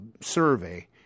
survey